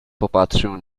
popatrzył